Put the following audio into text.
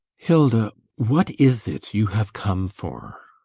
hilda what is it you have come for?